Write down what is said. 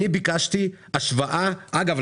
ביקשתי השוואה אגב,